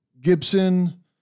Gibson